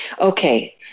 Okay